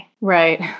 Right